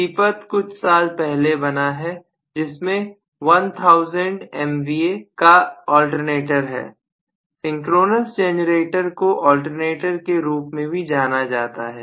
सीपत कुछ साल पहलेबना था जिसमें 1000 MVA का अल्टरनेटर है सिंक्रोनस जनरेटर को अल्टरनेटर के रूप में भी जाना जाता है